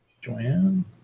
Joanne